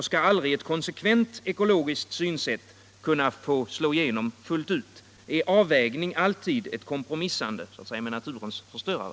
Skall aldrig eu konsekvent ekologiskt synsätt kunna få slå igenom fullt ut? Är avvägning alltid eu kompromissande med naturens förstörare?